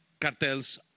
Cartels